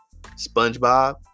SpongeBob